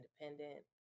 independent